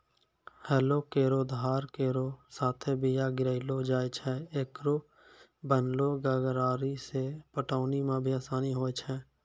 हलो केरो धार केरो साथें बीया गिरैलो जाय छै, एकरो बनलो गरारी सें पटौनी म भी आसानी होय छै?